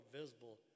visible